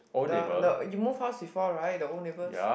the the you move house before right the old neighbors